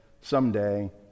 someday